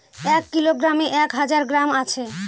এক কিলোগ্রামে এক হাজার গ্রাম আছে